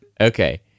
Okay